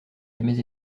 jamais